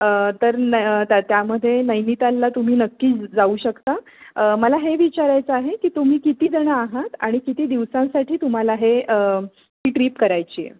तर नाही त्या त्यामध्ये नैनितालला तुम्ही नक्की जाऊ शकता मला हे विचारायचं आहे की तुम्ही कितीजणं आहात आणि किती दिवसांसाठी तुम्हाला हे ती ट्रिप करायची आहे